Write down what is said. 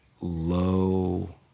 low